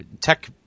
tech